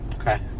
Okay